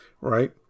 right